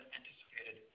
anticipated